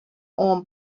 oan